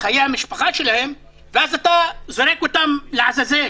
מחיי המשפחה שלהם, ואז אתה זורק אותם לעזאזל.